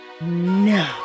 No